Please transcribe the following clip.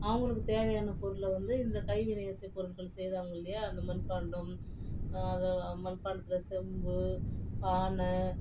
அவங்களுக்குத் தேவையான பொருளை வந்து இந்த கைவினை இசைப் பொருட்கள் செய்கிறாங்க இல்லையா இந்த மண்பாண்டம் மண்பாண்டத்தில் சொம்பு பானை